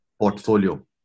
portfolio